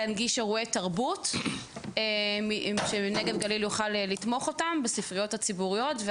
להנגיש אירועי תרבות שנגב גליל יוכל לתמוך אותם בספריות הציבוריות,